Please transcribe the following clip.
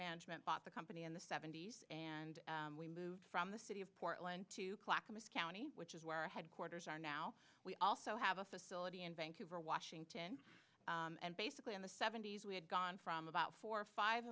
management bought the company in the seventy's and we moved from the city of portland to clackamas county which is where our headquarters are now we also have a facility in vancouver washington and basically in the seventy's we had gone from about four or five